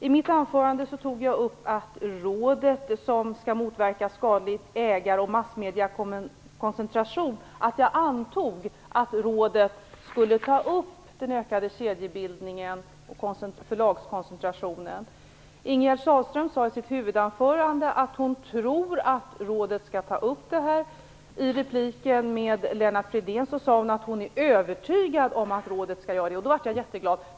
I mitt anförande sade jag att jag antog att rådet som skall motverka skadligt ägande och massmediekoncentration skulle ta upp den ökade kedjebildningen och förlagskoncentrationen. Ingegerd Sahlström sade i sitt huvudanförande att hon tror att rådet skall ta upp den frågan. I repliken till Lennart Fridén sade hon att hon är övertygad om att rådet skall göra det. Då blev jag jätteglad.